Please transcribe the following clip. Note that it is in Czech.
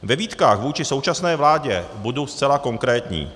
Ve výtkách vůči současné vládě budu zcela konkrétní.